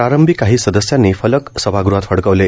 प्रारंभी काही सदस्यांनी फलक सभागृहात फडकवले